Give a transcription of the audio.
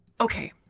okay